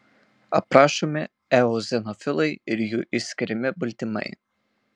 aprašomi eozinofilai ir jų išskiriami baltymai